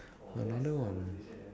another one